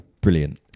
brilliant